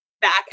Back